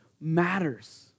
matters